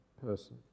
person